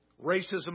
Racism